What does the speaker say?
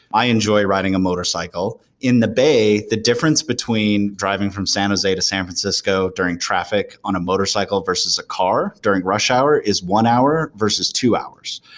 i enjoy riding a motorcycle. in the bay, the difference between driving from san jose to san francisco during traffic on a motorcycle versus a car during rush hour is one hour, versus two hours.